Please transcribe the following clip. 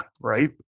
right